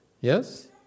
Yes